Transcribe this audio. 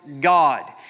God